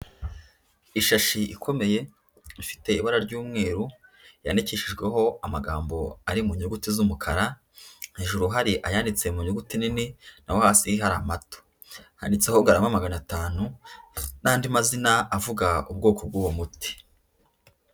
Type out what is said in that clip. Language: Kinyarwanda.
Ishashi ikomeye ifite ibara ry'umweru yandikishijweho amagambo ari mu nyuguti z'umukara, hejuru hari ayanditse mu nyuguti nini naho hasi hari amato. Handitseho garama magana atanu n'andi mazina avuga ubwoko bw'uwo muti.